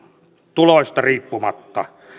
tuloista riippumatta